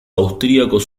austriacos